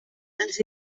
els